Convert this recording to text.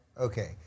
Okay